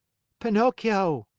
pinocchio.